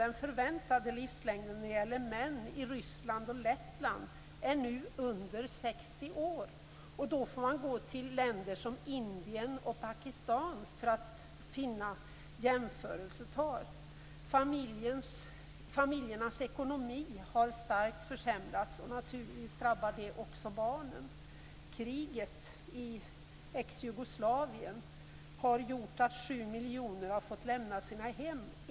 Den förväntade livslängden för män i Ryssland och Lettland är nu under 60 år. Man får se till länder som Indien och Pakistan för att finna jämförelsetal. Familjernas ekonomi har starkt försämrats. Naturligtvis drabbar det också barnen. Kriget i Exjugoslavien har gjort att sju miljoner människor har fått lämna sina hem.